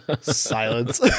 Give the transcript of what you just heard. Silence